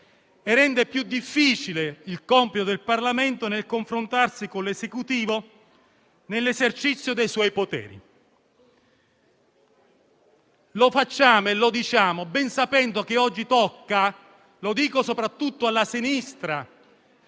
e rende più difficile il compito del Parlamento nel confrontarsi con il Governo nell'esercizio dei suoi poteri. Lo facciamo e lo diciamo ben sapendo che oggi - mi rivolgo soprattutto alla sinistra